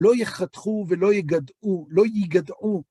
לא יחתכו ולא יגדעו, לא ייגדעו.